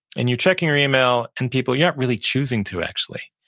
and you're checking your email and people, you're not really choosing to actually,